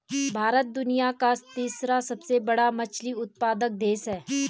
भारत दुनिया का तीसरा सबसे बड़ा मछली उत्पादक देश है